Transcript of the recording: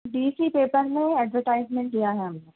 D C papers میں advertisement دیا ہے ہم